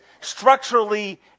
structurally